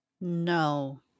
No